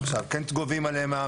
עכשיו כן גובים עליהם מע"מ.